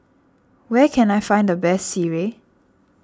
where can I find the best Sireh